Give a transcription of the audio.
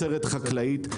חקלאית,